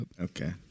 Okay